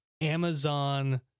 Amazon